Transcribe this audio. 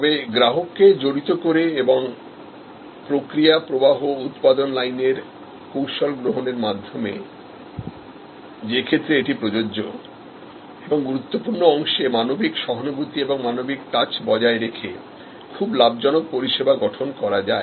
তবে গ্রাহক কে জড়িত করে এবং প্রক্রিয়া প্রবাহউৎপাদন লাইনের কৌশল গ্রহণের মাধ্যমে যে ক্ষেত্রে এটি প্রযোজ্যএবং গুরুত্বপূর্ণ অংশে মানবিক সহানুভূতি এবং মানবিক স্পর্শ বজায় রেখেখুব লাভজনক পরিষেবা গঠন করা যায়